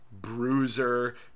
bruiser